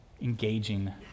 engaging